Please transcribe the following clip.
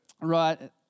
Right